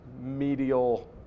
medial